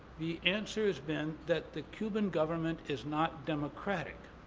the answer has been that the cuban government is not democratic,